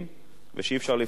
ושאי-אפשר לפרוץ אותם.